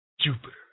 Jupiter